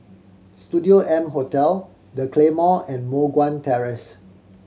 Studio M Hotel The Claymore and Moh Guan Terrace